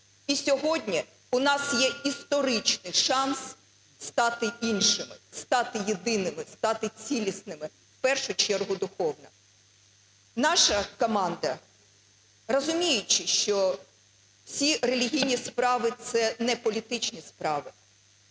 І сьогодні в нас є історичний шанс стати іншими, стати єдиними, стати цілісними, в першу чергу, духовно. Наша команда, розуміючи, що ці релігійні справи – це не політичні справи,